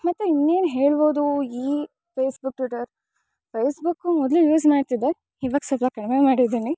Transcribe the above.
ಮತ್ತು ಇನ್ನೇನು ಹೇಳ್ಬೌದು ಈ ಫೇಸ್ಬುಕ್ ಟ್ವಿಟರ್ ಫೇಸ್ಬುಕ್ಕು ಮೊದಲು ಯೂಝ್ ಮಾಡ್ತಿದ್ದೆ ಇವಾಗ್ ಸ್ವಲ್ಪ ಕಡಿಮೆ ಕಡಿಮೆ ಮಾಡಿದಿನಿ